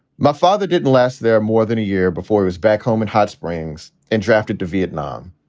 my father didn't last. there more than a year before he was back home in hot springs and drafted to vietnam.